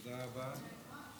תודה רבה.